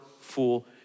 fool